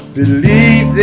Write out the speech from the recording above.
believe